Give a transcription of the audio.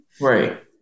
Right